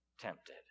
tempted